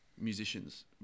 musicians